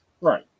Right